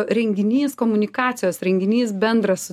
renginys komunikacijos renginys bendras